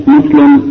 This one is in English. Muslim